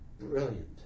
brilliant